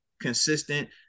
consistent